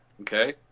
Okay